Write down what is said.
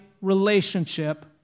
relationship